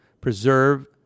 preserve